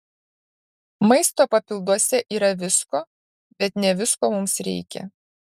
maisto papilduose yra visko bet ne visko mums reikia